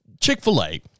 Chick-fil-A